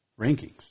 rankings